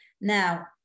now